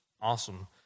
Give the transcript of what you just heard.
awesome